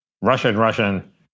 Russian-Russian